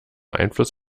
einfluss